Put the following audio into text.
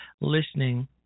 listening